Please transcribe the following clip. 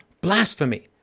Blasphemy